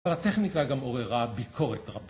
אבל הטכניקה גם עוררה ביקורת רבה.